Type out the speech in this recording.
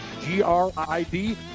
G-R-I-D